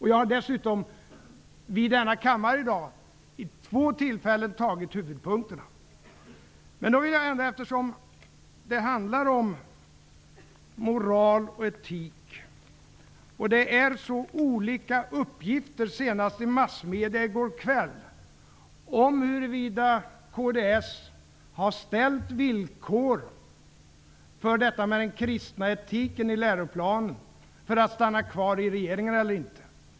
I denna kammare har jag i dag vid två tillfällen redogjort för huvudpunkterna. Eftersom det nu handlar om moral och etik vill jag ta upp en fråga. Det förekommer så olika uppgifter -- senast i massmedia i går kväll -- om huruvida kds har ställt som villkor för att stanna kvar i regeringen att den kristna etiken skall införas i läroplanen eller inte.